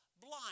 blind